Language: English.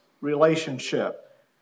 relationship